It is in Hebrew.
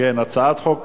הצעת חוק